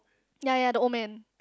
ya ya the old man